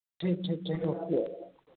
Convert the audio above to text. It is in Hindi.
ठीक ठीक ठीक ओके है